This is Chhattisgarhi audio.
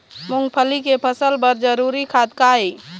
मूंगफली के फसल बर जरूरी खाद का ये?